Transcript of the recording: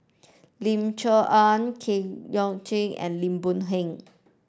Lim Chee Onn Kwek Leng Joo and Lim Boon Heng